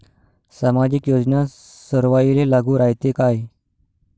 सामाजिक योजना सर्वाईले लागू रायते काय?